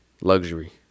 luxury